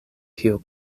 kio